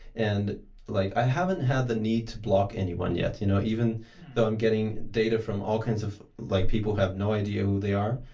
and like i haven't had the need to block anyone yet, you know even though i'm getting data from all kinds of like people have no idea who they are.